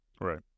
Right